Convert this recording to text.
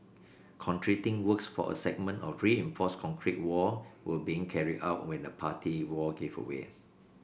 concreting works for a segment of reinforced concrete wall were being carried out when the party wall gave way